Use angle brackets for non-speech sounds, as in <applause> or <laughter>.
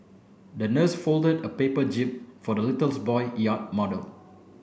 the nurse folded a paper jib for the little <unintelligible> boy yacht model